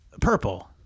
Purple